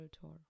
tour